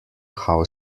how